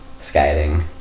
skating